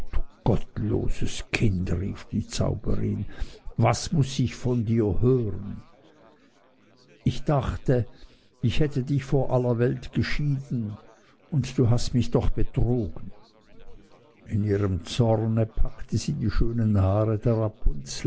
gottloses kind rief die zauberin was muß ich von dir hören ich dachte ich hätte dich von aller welt geschieden und du hast mich doch betrogen in ihrem zorne packte sie die schönen haare